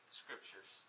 scriptures